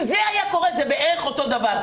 אם זה היה קורה, זה בערך אותו דבר.